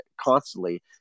constantly